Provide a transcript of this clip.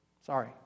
Sorry